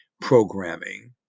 programming